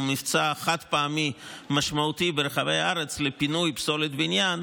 מבצע חד-פעמי משמעותי ברחבי הארץ לפינוי פסולת בניין,